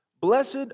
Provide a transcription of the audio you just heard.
blessed